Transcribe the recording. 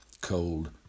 cold